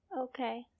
Okay